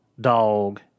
dog